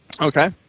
Okay